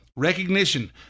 Recognition